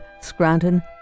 Scranton